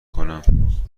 کنم